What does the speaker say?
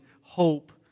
hope